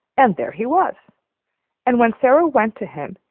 and there he was and when sara went to him,